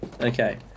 Okay